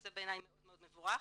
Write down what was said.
וזה בעיני מאוד מאוד מבורך.